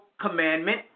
commandment